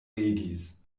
regis